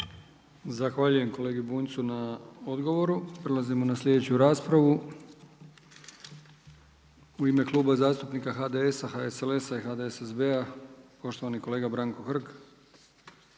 Zahvaljujem kolegi Bunjcu na odgovoru. Prelazimo na slijedeću raspravu. U ime Kluba zastupnika HDS-a, HSLS-a i HDSSB-a poštovani kolega Branko Hrg.